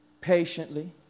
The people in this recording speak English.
patiently